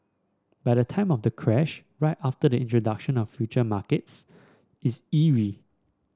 but the time of the crash right after the introduction of future markets is eerie